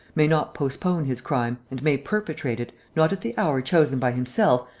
may not postpone his crime and may perpetrate it, not at the hour chosen by himself,